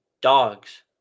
dogs